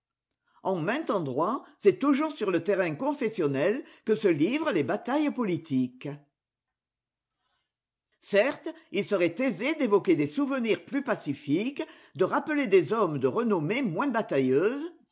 en maint endroit c'est toujours sur le terrain confessionnel que se livrent les batailles politiques certes il serait aisé d'évoquer des souvenirs plus pacifiques de rappeler des hommes de renommée moins batailleuse